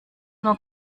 nur